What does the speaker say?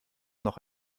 noch